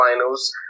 finals